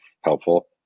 helpful